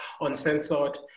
uncensored